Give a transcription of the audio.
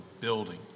building